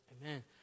Amen